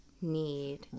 need